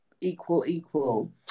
equal-equal